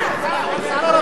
איזה לחץ?